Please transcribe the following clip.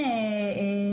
מאחל לך המשך הצלחה,